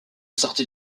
sortie